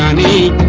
the